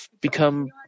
become